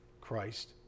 Christ